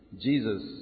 Jesus